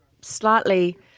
slightly